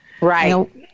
Right